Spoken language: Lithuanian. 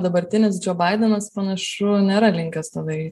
dabartinis džio baidenas panašu nėra linkęs to daryt